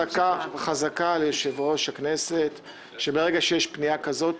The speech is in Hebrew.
חזקה על יושב-ראש הכנסת שברגע שיש פנייה כזאת